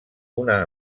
una